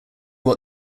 what